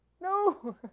no